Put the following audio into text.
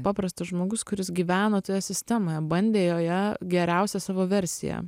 paprastas žmogus kuris gyveno toje sistemoje bandė joje geriausią savo versiją